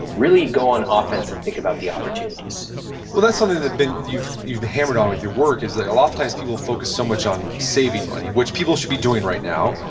really go on offense and think about the opportunities well, that's something that you've you've hammered on with your work is that a lot of times people focus so much on saving money, which people should be doing right now,